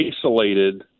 isolated